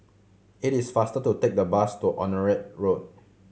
it is faster to take the bus to Onraet Road